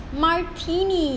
martinis